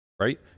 Right